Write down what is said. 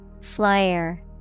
Flyer